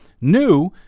new